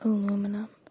Aluminum